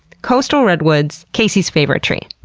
coastal redwoods, casey's favorite tree.